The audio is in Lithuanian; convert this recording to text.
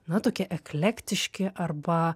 na tokie eklektiški arba